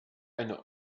eine